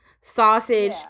sausage